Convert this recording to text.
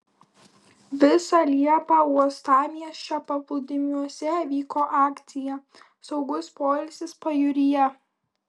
visą liepą uostamiesčio paplūdimiuose vyko akcija saugus poilsis pajūryje